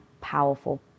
powerful